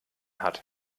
hat